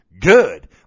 Good